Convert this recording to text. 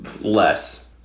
Less